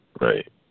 right